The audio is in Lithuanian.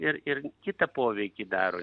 ir ir kitą poveikį daro